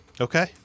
Okay